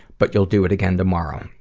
but you'll do it again tomorrow. a